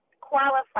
qualified